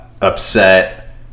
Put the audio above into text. upset